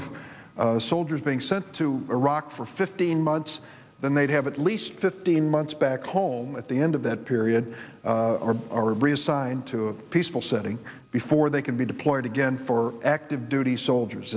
if soldiers being sent to iraq for fifteen months then they'd have at least fifteen months back home at the end of that period are resigned to a peaceful setting before they can be deployed again for active duty so